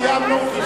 סיימנו.